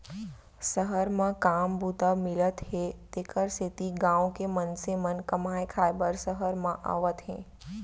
सहर म काम बूता मिलत हे तेकर सेती गॉँव के मनसे मन कमाए खाए बर सहर म आवत हें